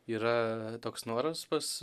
yra toks noras pas